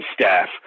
staff